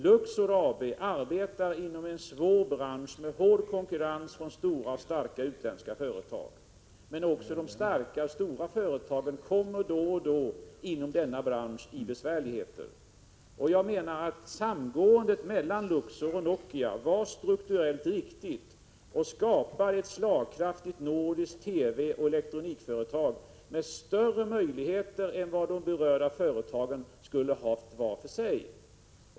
Luxor AB arbetar inom en svår bransch, med hård konkurrens från stora och starka utländska företag. Men också de stora och starka företagen inom denna bransch får då och då besvärligheter. Samgåendet mellan Luxor och Nokia var strukturellt riktigt och har skapat ett slagkraftigt nordiskt TV och elektronikföretag, med större möjligheter än vad de berörda företagen skulle ha haft var för sig.